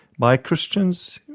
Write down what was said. by christians.